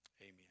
amen